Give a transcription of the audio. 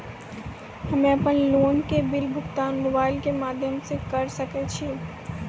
हम्मे अपन लोन के बिल भुगतान मोबाइल के माध्यम से करऽ सके छी?